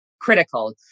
critical